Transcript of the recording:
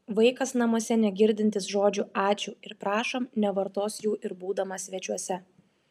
vaikas namuose negirdintis žodžių ačiū ir prašom nevartos jų ir būdamas svečiuose